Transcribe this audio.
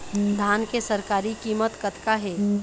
धान के सरकारी कीमत कतका हे?